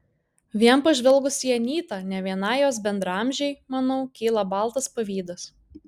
vien pažvelgus į anytą ne vienai jos bendraamžei manau kyla baltas pavydas